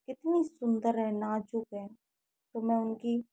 कितनी सुंदर है नाजुक है तो मैं उनकी